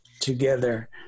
together